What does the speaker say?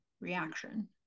reaction